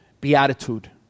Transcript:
Beatitude